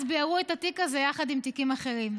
אז ביערו את התיק הזה, יחד עם תיקים אחרים.